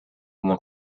than